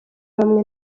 bamwe